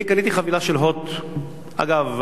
אני קניתי חבילה של "הוט" אגב,